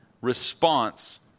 response